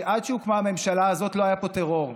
שעד שהוקמה הממשלה הזאת לא היה פה טרור,